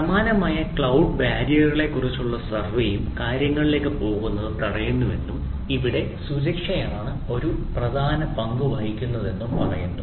സമാനമായ ക്ലൌഡ് ബാരിയറുകളെക്കുറിച്ചുള്ള സർവേയും കാര്യങ്ങളിലേക്ക് പോകുന്നത് തടയുന്നുവെന്നതും ഇവിടെ സുരക്ഷയാണ് ഒരു പ്രധാന പങ്ക് വഹിക്കുന്നതെന്നും പറയുന്നു